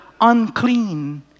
unclean